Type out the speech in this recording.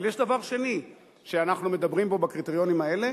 אבל יש דבר שני שאנחנו מדברים בו בקריטריונים האלה,